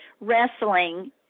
wrestling